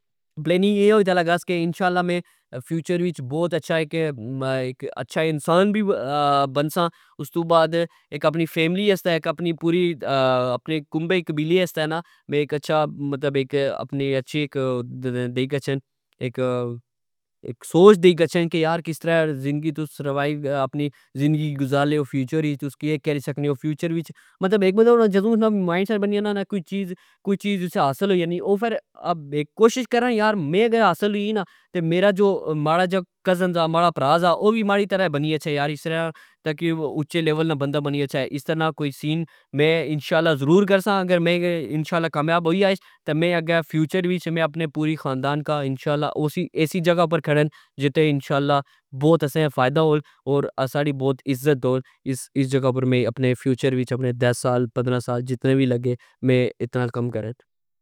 پلیننگ اے ہوئی تہ انشااللہ میں فیوچر وچ بوت اچھا اک انسان وی بنسا استو بعد اک اپنی فیملی واستہ اک اپنی پوری کمبے قبیلے آستے اک اچھا مطلب اپنی اچھی اک <>سوچ دئی گچھن کہ کس طرع ذندگی تس گزارنے او فیوچر اچ تس کہ کری سکنے او مطلب اک بندہ ہونا نا جدو اسنا مائنڈ سیٹ بنی جانا نا کوئی چیز اس حاصل ہوئی جانی او کوشش کرنا یار میں اگر حاصل ہوئی گی نا میرا جو ماڑا جا کزن سا پرا سا او وی ماڑی طرع بنی گچھے اسرہ تکگی اچے لیول نا بندا بنی گچھے اس طرا نا میں کوئی سین ضرور کرسا اگر پیں انشااللہ کامیاب ہوئی یاس تہ میں اگہ فیوچر اچ میں اپنے پورے خاندان کا ایسی جگہ اپر کھرن جتے انشااللہ بوت اسے فائدہ ہول تہ بوت ساڑی ٍت ہول اس جگہ اپر میں اپنے فیوچر وچ اپنے دس سال پندرہ سال جتنے وی لگے میں اتنا کم کرہ